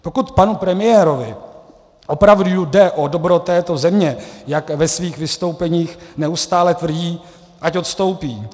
Pokud panu premiérovi opravdu jde o dobro této země, jak ve svých vystoupeních neustále tvrdí, ať odstoupí.